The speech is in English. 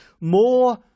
more